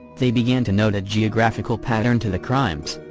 they began to note a geographical pattern to the crimes.